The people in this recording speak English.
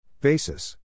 Basis